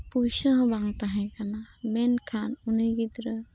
ᱯᱩᱭᱥᱟᱹ ᱦᱚᱸ ᱵᱟᱝ ᱛᱟᱦᱮᱸ ᱠᱟᱱᱟ ᱢᱮᱱ ᱠᱷᱟᱱ ᱩᱱᱤ ᱜᱤᱫᱽᱨᱟᱹ